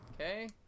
Okay